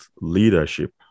leadership